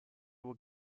will